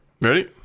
Ready